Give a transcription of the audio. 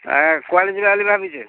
କୁଆଡ଼େ ଯିବା ବୋଲି ଭାବିଛେ